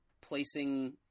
placing